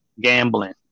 gambling